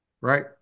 Right